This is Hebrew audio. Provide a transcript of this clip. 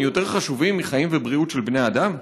יותר חשובים מחיים ובריאות של בני אדם?